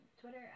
Twitter